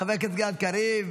חבר הכנסת גלעד קריב,